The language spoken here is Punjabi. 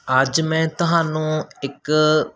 ਅੱਜ ਮੈਂ ਤੁਹਾਨੂੰ ਇੱਕ